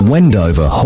Wendover